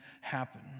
happen